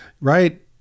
right